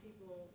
people